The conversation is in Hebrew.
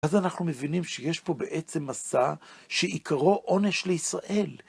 אז אנחנו מבינים שיש פה בעצם מסע שעיקרו עונש לישראל.